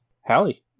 Hallie